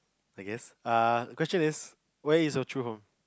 I guess uh question is where is your true home